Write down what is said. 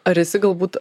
ar esi galbūt